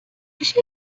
میشه